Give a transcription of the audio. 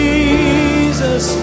Jesus